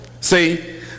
See